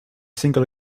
single